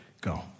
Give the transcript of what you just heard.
Go